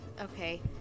Okay